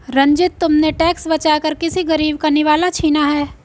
रंजित, तुमने टैक्स बचाकर किसी गरीब का निवाला छीना है